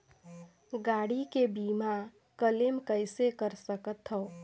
गाड़ी के बीमा क्लेम कइसे कर सकथव?